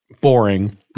boring